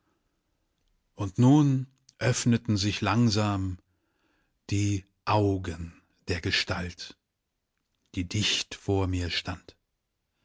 und nun öffneten sich langsam die augen der gestalt die dicht vor mir stand